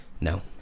No